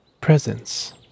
Presence